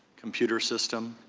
computer system.